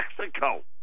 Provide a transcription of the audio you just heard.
Mexico